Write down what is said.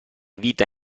vita